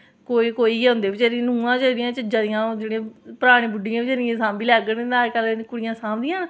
कोई कोई गै होंदियां नूहां जेह्ड़ियां चज्जै दियां परानियें बुड्ढियें बचैरियें गी सांभी लैंङन नेईं ता अजकल कुड़ियां सांभदियां न